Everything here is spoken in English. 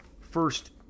first